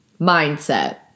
mindset